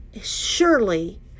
surely